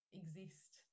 exist